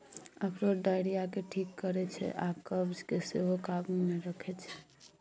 अरारोट diarrhoea केँ ठीक करै छै आ कब्ज केँ सेहो काबु मे रखै छै